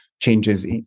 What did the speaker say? changes